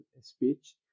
speech